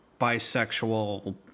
bisexual